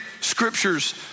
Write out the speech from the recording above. scriptures